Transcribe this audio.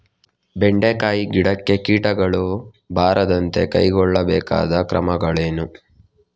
ಬೆಂಡೆಕಾಯಿ ಗಿಡಕ್ಕೆ ಕೀಟಗಳು ಬಾರದಂತೆ ಕೈಗೊಳ್ಳಬೇಕಾದ ಕ್ರಮಗಳೇನು?